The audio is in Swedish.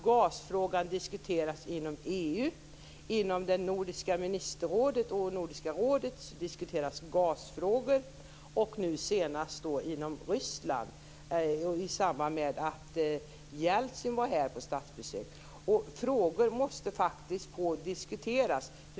Gasfrågan diskuteras också inom EU, inom det nordiska ministerrådet, inom Nordiska rådet och nu senast i Ryssland i samband med att president Jeltsin var här på statsbesök. Frågor måste faktiskt få diskuteras.